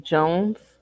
Jones